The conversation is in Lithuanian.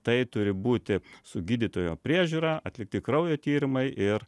tai turi būti su gydytojo priežiūra atlikti kraujo tyrimai ir